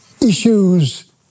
issues